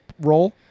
role